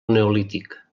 neolític